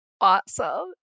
awesome